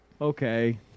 okay